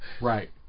Right